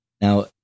Now